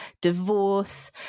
divorce